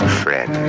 friend